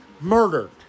Murdered